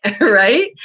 right